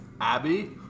Abby